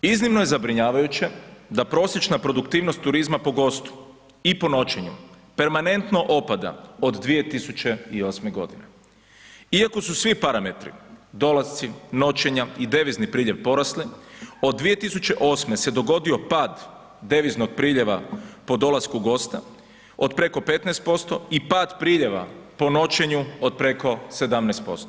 Iznimno je zabrinjavajuće da prosječna produktivnost turizma po gostu i po noćenju permanentno opada od 2008.g. Iako su svi parametri, dolasci, noćenja i devizni priljev porasli, od 2008. se dogodio pad deviznog priljeva po dolasku gosta od preko 15% i pad priljeva po noćenju od preko 17%